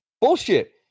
Bullshit